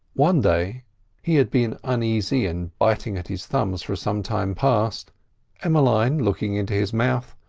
one day he had been uneasy and biting at his thumbs for some time past emmeline, looking into his mouth,